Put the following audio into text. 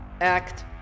act